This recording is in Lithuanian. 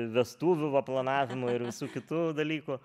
vestuvių va planavimo ir visų kitų dalykų